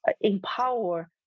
empower